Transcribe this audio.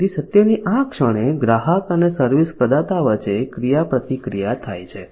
તેથી સત્યની આ ક્ષણે ગ્રાહક અને સર્વિસ પ્રદાતા વચ્ચે ક્રિયાપ્રતિક્રિયા થાય છે